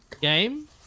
game